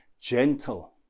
gentle